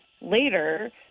later